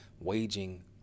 waging